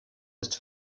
ist